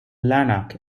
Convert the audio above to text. lanark